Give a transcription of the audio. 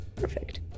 Perfect